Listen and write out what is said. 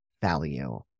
value